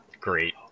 great